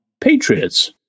patriots